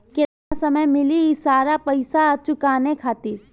केतना समय मिली सारा पेईसा चुकाने खातिर?